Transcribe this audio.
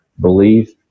believe